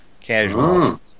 Casual